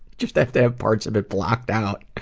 just have to have parts of it blocked out.